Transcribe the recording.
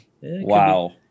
Wow